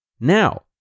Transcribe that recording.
Now